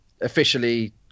officially